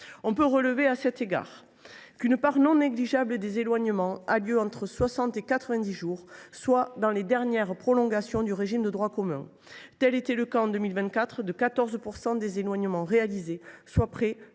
On peut relever, à cet égard, qu’une part non négligeable des éloignements a lieu entre 60 et 90 jours, soit lors des dernières prolongations du régime de droit commun. C’était le cas, en 2024, de 14 % des éloignements réalisés, soit près